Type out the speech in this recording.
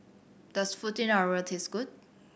does Fettuccine Alfredo taste good